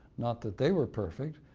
not that they were perfect,